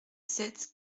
sept